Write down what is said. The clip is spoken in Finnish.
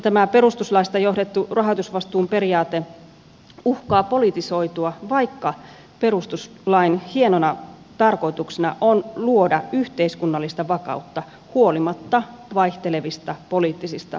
tämä perustuslaista johdettu rahoitusvastuun periaate uhkaa politisoitua vaikka perustuslain hienona tarkoituksena on luoda yhteiskunnallista vakautta huolimatta vaihtelevista poliittisista olosuhteista